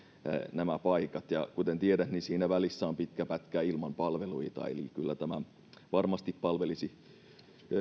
nämä paikat ja kuten tiedät niin siinä välissä on pitkä pätkä ilman palveluita eli kyllä tämä varmasti palvelisi